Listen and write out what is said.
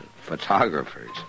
photographers